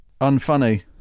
unfunny